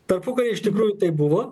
tarpukary iš tikrųjų taip buvo